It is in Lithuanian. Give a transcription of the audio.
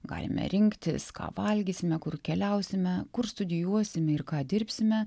galime rinktis ką valgysime kur keliausime kur studijuosime ir ką dirbsime